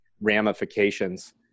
ramifications